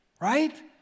right